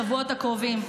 לשבועות הקרובים.